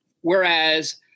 whereas